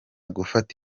gufata